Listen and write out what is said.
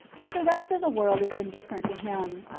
but the rest of the world is indifferent to him.